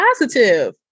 positive